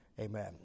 Amen